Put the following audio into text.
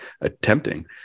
attempting